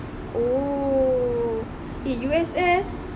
oh eh U_S_S